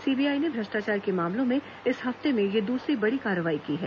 CBI ने भ्रष्टाचार के मामलों में इस हफ्ते में यह दसरी बडी कार्रवाई की है